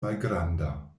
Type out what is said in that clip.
malgranda